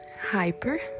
hyper